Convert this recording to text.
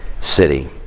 city